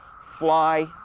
fly